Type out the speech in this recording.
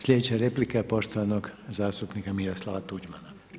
Sljedeća replika je poštovanog zastupnika Miroslava Tuđmana.